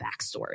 backstory